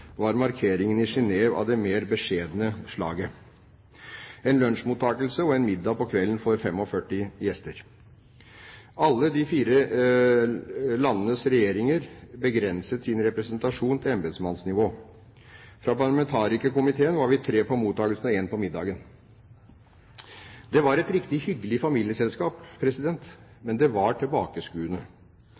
var markeringen i Genève av det mer beskjedne slaget, med en lunsjmottakelse og en middag om kvelden for 45 gjester. Alle de fire landenes regjeringer begrenset sin representasjon til embetsmannsnivå. Fra parlamentarikerkomiteen var vi tre på mottakelsen og én på middagen. Det var et riktig hyggelig familieselskap, men det var tilbakeskuende.